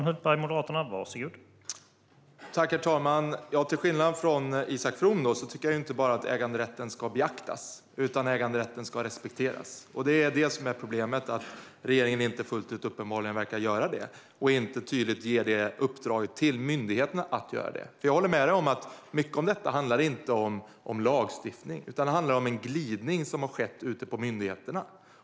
Herr talman! Till skillnad från Isak From tycker jag inte att äganderätten bara ska beaktas, utan den ska respekteras. Det är det som är problemet här. Regeringen tycks uppenbarligen inte fullt ut göra det. Den verkar heller inte ge ett tydligt uppdrag till myndigheterna att göra det. Jag håller med Isak From om att mycket av detta inte handlar om lagstiftning, utan om en glidning som har skett på myndigheterna.